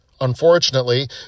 Unfortunately